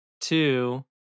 two